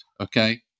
okay